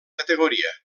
categoria